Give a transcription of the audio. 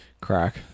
Crack